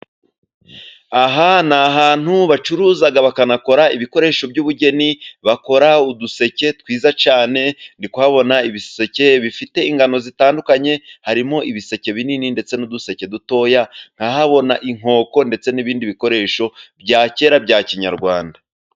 Aha ni ahantu bacuruzaga bakanakora ibikoresho by'ubugeni bakora uduseke twiza cyane . Ndi kuhabona ibiseke bifite ingano zitandukanye ,harimo ibiseke binini ndetse n'uduseke dutoya . Nkahabona inkoko, ndetse n'ibindi bikoresho bya kera bya kinyarwanda.